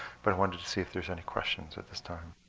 but i wanted to see if there's any questions at this time.